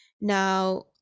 now